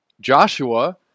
Joshua